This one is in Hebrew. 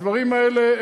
הדברים האלה,